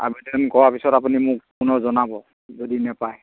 আবেদন কৰাৰ পিছত আপুনি মোক পুনৰ জনাব যদি নাপায়